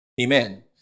Amen